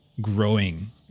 growing